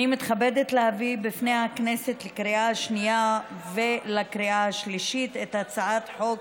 אני מתכבדת להביא בפני הכנסת לקריאה השנייה ולקריאה השלישית את הצעת חוק